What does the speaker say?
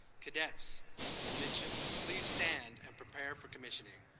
cadets and midshipmen, please stand and prepare for commissioning.